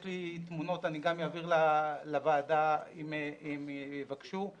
יש לי תמונות ואעביר אותן לוועדה אם יבקשו,